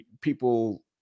people